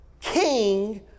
king